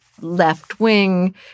left-wing